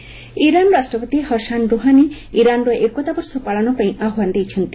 Iran anniversary Iran ରାଷ୍ଟ୍ରପତି Hassan Rouhani ଇରାନ୍ର ଏକତା ବର୍ଷ ପାଳନ ପାଇଁ ଆହ୍ୱାନ ଦେଇଛନ୍ତି